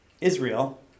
Israel